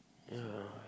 ya